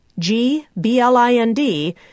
GBLIND